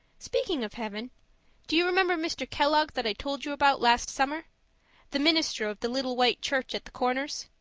speaking of heaven do you remember mr. kellogg that i told you about last summer the minister of the little white church at the corners.